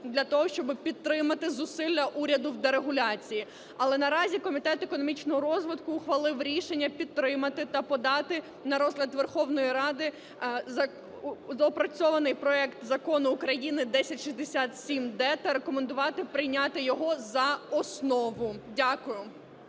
для того, щоб підтримати зусилля уряду в дерегуляції. Але наразі Комітет економічного розвитку ухвалив рішення підтримати та подати на розгляд Верховної Ради доопрацьований проект Закону України 1067-д та рекомендувати прийняти його за основу. Дякую.